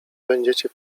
będziecie